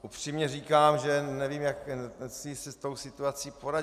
Upřímně říkám, že nevím, jak si s tou situací poradit.